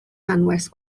anwes